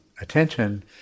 attention